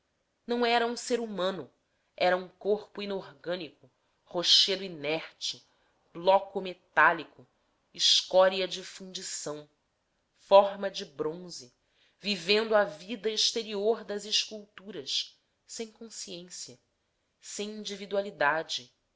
não era um ser humano era um corpo inorgânico rochedo inerte bloco metálico escória de fundição forma de bronze vivendo a vida exterior das esculturas sem consciência sem individualidade